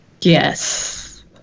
Yes